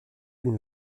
d’une